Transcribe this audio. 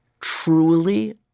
truly